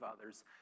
others